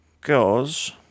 goes